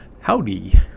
Howdy